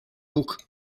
book